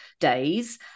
days